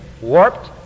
warped